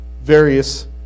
various